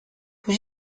pwy